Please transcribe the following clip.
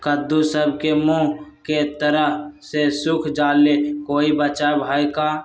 कददु सब के मुँह के तरह से सुख जाले कोई बचाव है का?